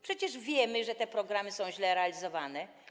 Przecież wiemy, że te programy są źle realizowane.